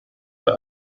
the